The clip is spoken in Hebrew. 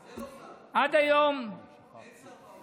עד היום, איפה השר שמשיב?